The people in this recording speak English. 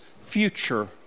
future